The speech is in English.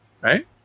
right